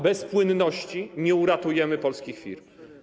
Bez płynności nie uratujemy polskich firm.